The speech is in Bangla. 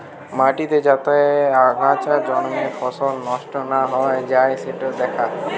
মাটিতে যাতে আগাছা জন্মে ফসল নষ্ট না হৈ যাই সিটো দ্যাখা